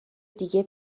دیگه